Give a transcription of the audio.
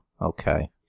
Okay